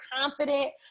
confident